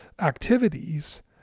activities